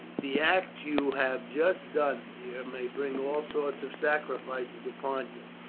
the act you have just done, dear, may bring all sorts of sacrifices upon you.